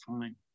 time